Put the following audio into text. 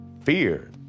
fear